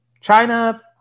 China